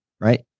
right